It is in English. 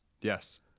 Yes